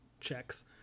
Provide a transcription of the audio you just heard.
checks